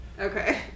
Okay